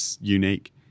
unique